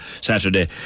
Saturday